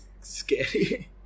scary